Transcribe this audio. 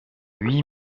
huit